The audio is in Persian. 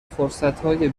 فرصتهای